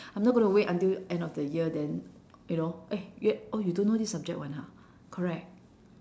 I'm not gonna wait until end of the year then you know eh y~ oh you don't know this subject [one] ha correct